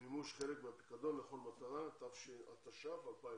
(מימוש חלק מהפיקדון לכל מטרה), התש"ף-2020.